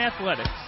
athletics